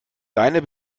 deine